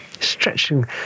stretching